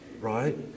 right